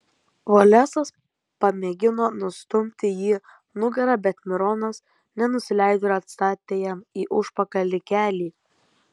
volesas pamėgino nustumti jį nugara bet mironas nenusileido ir atstatė jam į užpakalį kelį